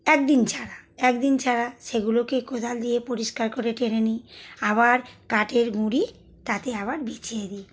একদিন ছাড়া একদিন ছাড়া সেগুলোকে কোদাল দিয়ে পরিষ্কার করে টেনে নিই আবার কাঠের গুঁড়ি তাতে আবার বিছিয়ে দিই